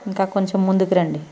ఇంకా కొంచెం ముందుకి రండి